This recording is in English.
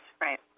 Right